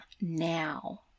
now